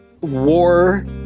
war